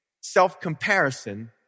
self-comparison